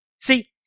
See